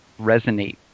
resonate